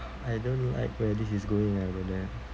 I don't like where this is going ah brother